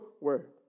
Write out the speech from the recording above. word